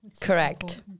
Correct